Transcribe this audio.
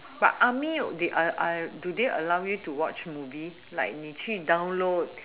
but army they are are do they allow you to watch movie like download